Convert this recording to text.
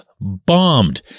bombed